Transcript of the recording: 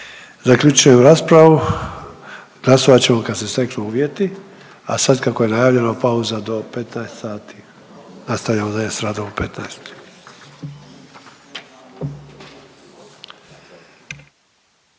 Zaključujem raspravu. Glasovat ćemo kad se steknu uvjeti, a sad kako je najavljeno pauza do 15,00 sati. Nastavljamo dalje s radom u 15,00.